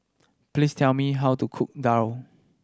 please tell me how to cook daal